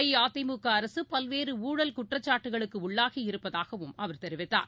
அஇஅதிமுகஅரசு பல்வேறுஊழல் குற்றச்சாட்டுகளுக்குஉள்ளாகியிருப்பதாகவும் அவர் தெரிவித்தார்